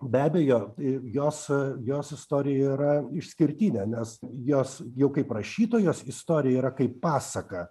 be abejo jos jos istorija yra išskirtinė nes jos jau kaip rašytojos istorija yra kaip pasaka